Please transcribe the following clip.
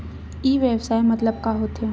ई व्यवसाय मतलब का होथे?